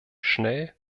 schnell